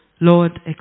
Lord